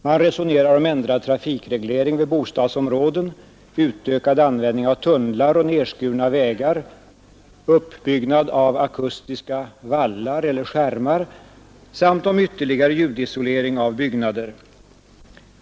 Man resonerar om ändrad trafikreglering vid bostadsområden, utökad användning av tunnlar och nedskurna vägar, uppbyggnad av akustiska vallar eller skärmar samt ytterligare ljudisolering av byggnader.